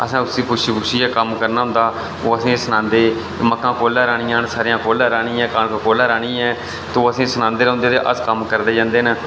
असें उसी पुच्छी पुच्छियै कम्म करना होंदा ओह् असें ई सनांदे मक्कां कुसलै राह्नियां न सरेआं कुसलै राह्नी ऐ कनक कुसलै राह्नी ऐ ते ओह् असें ई सनांदे रौंह्दे ते अस करदे जंदे न